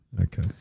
Okay